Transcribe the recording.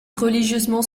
religieusement